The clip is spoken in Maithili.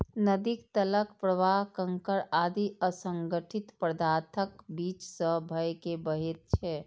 नदीक तलक प्रवाह कंकड़ आदि असंगठित पदार्थक बीच सं भए के बहैत छै